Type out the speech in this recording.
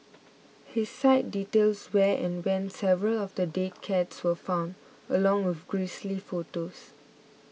his site details where and when several of the dead cats were found along with grisly photos